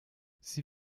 sie